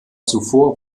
zuvor